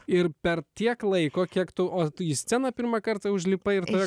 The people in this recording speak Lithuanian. ir per tiek laiko kiek tu o tu į sceną pirmą kartą užlipai ir tave